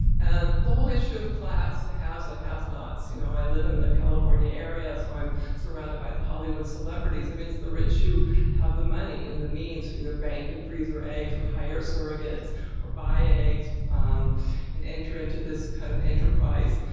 and the whole issue of class, the haves and haves nots. you know i live in the california area. so i'm surrounded by the hollywood celebrities, um it's the rich who have the money and the means, who either bank and freeze her eggs or hire surrogates or buy eggs and enter into this kind of enterprise.